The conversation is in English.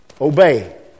Obey